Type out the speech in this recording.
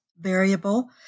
variable